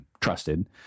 trusted